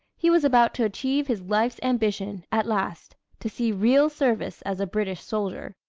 he was about to achieve his life's ambition, at last to see real service as a british soldier.